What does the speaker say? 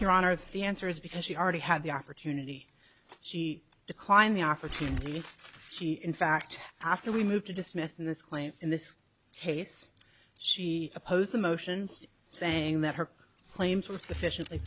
here on earth the answer is because she already had the opportunity she declined the opportunity she in fact after we move to dismiss this claim in this case she opposed the motions saying that her claims were sufficiently